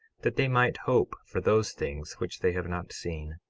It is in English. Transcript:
that they might hope for those things which they have not seen.